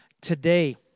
today